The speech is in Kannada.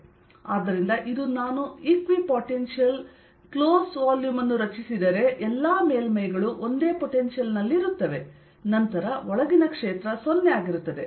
ಆದ್ದರಿಂದ ಇದು ನಾನು ಈಕ್ವಿಪೋಟೆನ್ಶಿಯಲ್ ಕ್ಲೋಸ್ ವಾಲ್ಯೂಮ್ ಅನ್ನು ರಚಿಸಿದರೆ ಎಲ್ಲಾ ಮೇಲ್ಮೈಗಳು ಒಂದೇ ಪೊಟೆನ್ಶಿಯಲ್ ದಲ್ಲಿರುತ್ತವೆ ನಂತರ ಒಳಗಿನ ಕ್ಷೇತ್ರ 0 ಆಗಿರುತ್ತದೆ